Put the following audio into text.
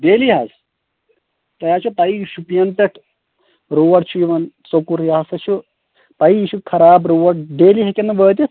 daily حظ تۄہہِ حظ چھو پیی شوپیَن پٮ۪ٹھ روڑ چھُ یوان ژوکُر یہِ ہسا چھُ پیی یہِ چھُ خراب ڈیلی ہیٚکن نہٕ وٲتِتھ